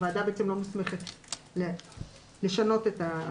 הוועדה בעצם לא מוסמכת לשנות את הנוסח.